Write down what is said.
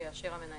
שיאשר המנהל.